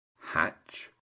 hatch